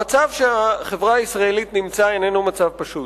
המצב שהחברה הישראלית נמצאת בו איננו מצב פשוט,